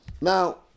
Now